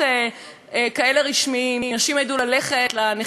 נשים ידעו ללכת לנחלים ולים ולנהרות.